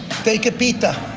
take a pita.